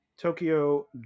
Tokyo